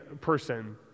person